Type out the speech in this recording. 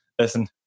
listen